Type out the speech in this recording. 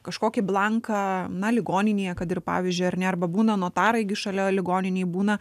kažkokį blanką na ligoninėje kad ir pavyzdžiui ar ne arba būna notarai gi šalia ligoninėj būna